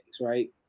right